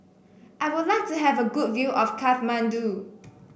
I would like to have a good view of Kathmandu